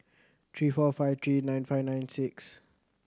three four five three nine five nine six